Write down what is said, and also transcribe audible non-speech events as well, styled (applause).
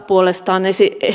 (unintelligible) puolestaan